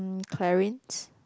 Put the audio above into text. Clarins